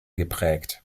geprägt